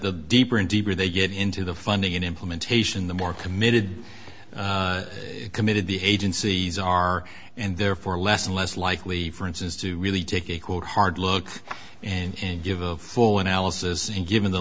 the deeper and deeper they get into the funding in implementation the more committed committed the agencies are and therefore less and less likely for instance to really take equal hard look and give a full analysis and given the